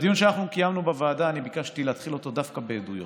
את הדיון שאנחנו קיימנו בוועדה אני ביקשתי להתחיל דווקא בעדויות.